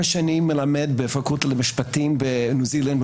שנים מלמד בפקולטה למשפטים בניו-זילנד.